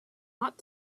ought